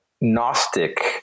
Gnostic